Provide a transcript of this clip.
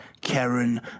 Karen